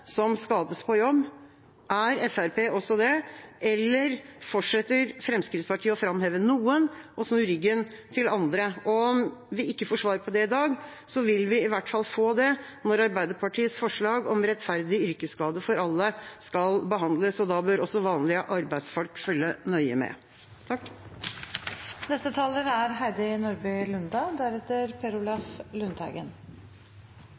som skades på jobb. Er Fremskrittspartiet også det, eller fortsetter Fremskrittspartiet å framheve noen og snu ryggen til andre? Om vi ikke får svar på det i dag, vil vi i hvert fall få det når Arbeiderpartiets forslag om rettferdig yrkesskade for alle skal behandles. Da bør også vanlige arbeidsfolk følge nøye med.